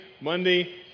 Monday